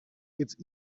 its